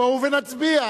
בואו ונצביע.